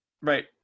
Right